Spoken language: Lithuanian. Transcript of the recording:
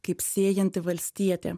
kaip sėjanti valstietė